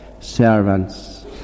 servants